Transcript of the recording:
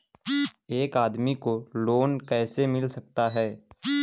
एक आदमी को लोन कैसे मिल सकता है?